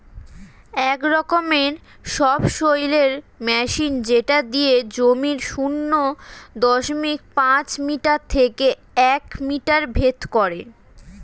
এক রকমের সবসৈলের মেশিন যেটা দিয়ে জমির শূন্য দশমিক পাঁচ মিটার থেকে এক মিটার ভেদ করে